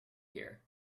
here